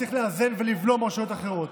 צריך גם לאזן ולבלום רשויות אחרות,